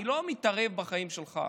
אני לא מתערב בחיים שלך.